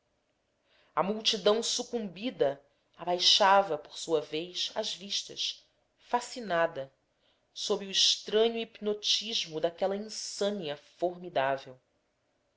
a multidão sucumbida abaixava por sua vez as vistas fascinada com o estranho hipnotismo daquela insânia formidável